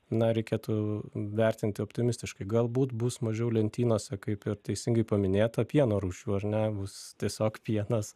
na reikėtų vertinti optimistiškai galbūt bus mažiau lentynose kaip ir teisingai paminėta pieno rūšių ar ne bus tiesiog pienas